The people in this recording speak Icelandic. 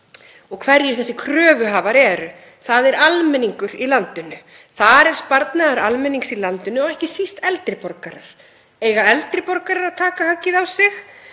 og hverjir þessir kröfuhafar eru. Það er almenningur í landinu. Þar er sparnaður almennings í landinu, ekki síst eldri borgara. Eiga eldri borgarar að taka höggið á sig?